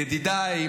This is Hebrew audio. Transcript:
ידידיי,